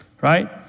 right